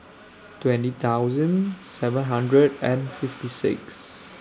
twenty thousand seven hundred and fifty six